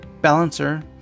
Balancer